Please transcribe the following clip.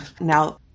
Now